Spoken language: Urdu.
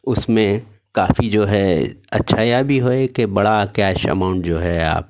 اس میں کافی جو ہے اچھایا بھی ہوئے کہ بڑا کیش اماؤنٹ جو ہے آپ